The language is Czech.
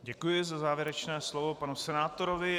Děkuji za závěrečné slovo panu senátorovi.